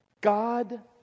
God